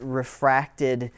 refracted